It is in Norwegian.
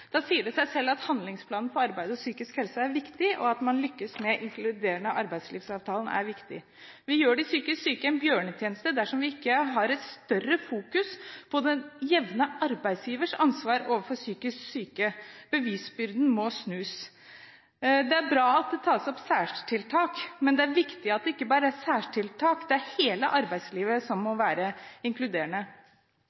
Da sier det seg selv at en handlingsplan for arbeid og psykisk helse er viktig, og det at man lykkes med inkluderende arbeidslivsavtalen, er viktig. Vi gjør de psykisk syke en bjørnetjeneste dersom vi ikke har mer fokusering på den jevne arbeidsgivers ansvar for den psykisk syke. Bevisbyrden må snus. Det er bra at det tas opp særtiltak, men det er viktig at det ikke bare er særtiltak. Hele arbeidslivet må være inkluderende. Noe av det som